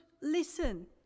listen